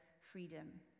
freedom